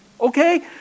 Okay